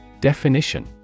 Definition